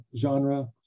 genre